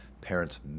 parents